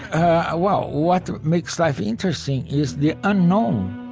um ah well, what makes life interesting is the unknown.